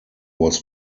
was